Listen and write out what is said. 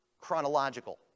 chronological